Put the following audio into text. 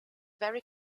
very